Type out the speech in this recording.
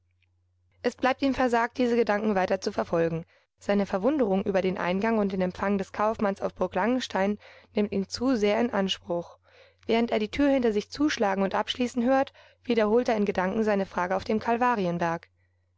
es bleibt ihm versagt diese gedanken weiter zu verfolgen seine verwunderung über den eingang und den empfang des kaufmanns auf burg langenstein nimmt ihn zu sehr in anspruch während er die tür hinter sich zuschlagen und abschließen hört wiederholt er in gedanken seine frage auf dem